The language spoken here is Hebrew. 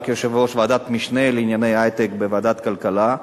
גם כיושב-ראש ועדת משנה לענייני היי-טק בוועדת הכלכלה,